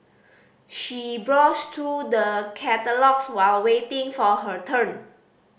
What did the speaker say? she browsed through the catalogues while waiting for her turn